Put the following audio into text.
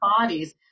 bodies